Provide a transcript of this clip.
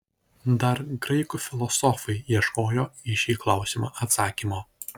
dar graikų filosofai ieškojo į šį klausimą atsakymo